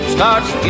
Starts